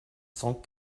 cent